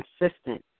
Consistent